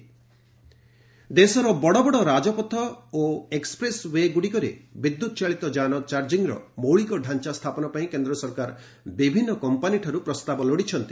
ଗଭ୍ EV charging ଦେଶର ବଡ଼ବଡ଼ ରାଜପଥ ଓ ଏକ୍ସପ୍ରେସ ଓ୍ୱେ ଗୁଡ଼ିକରେ ବିଦ୍ୟୁତ୍ ଚାଳିତ ଯାନ ଚାର୍ଜଂର ମୌଳିକ ଢ଼ାଞ୍ଚା ସ୍ଥାପନ ପାଇଁ କେନ୍ଦ୍ର ସରକାର ବିଭିନ୍ନ କମ୍ପାନିଠାରୁ ପ୍ରସ୍ତାବ ଲୋଡ଼ିଛନ୍ତି